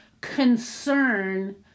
concern